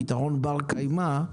פתרון בר קיימא,